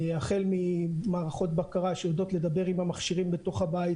החל ממערכות בקרה שיודעות לדבר עם המכשירים בתוך הבית,